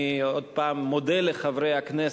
אני, עוד הפעם, מודה לחברי הכנסת